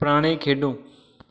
ਪੁਰਾਣੇ ਖੇਡੋ